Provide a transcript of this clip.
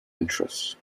interest